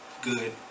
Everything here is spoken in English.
good